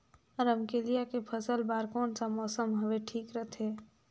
रमकेलिया के फसल बार कोन सा मौसम हवे ठीक रथे?